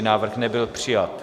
Návrh nebyl přijat.